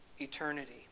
eternity